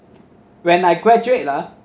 when I graduate ah